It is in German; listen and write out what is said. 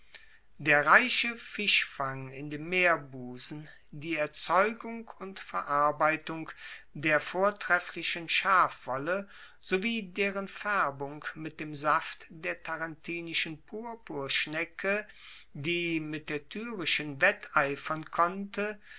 der reiche fischfang in dem meerbusen die erzeugung und verarbeitung der vortrefflichen schafwolle sowie deren faerbung mit dem saft der tarentinischen purpurschnecke die mit der tyrischen wetteifern konnte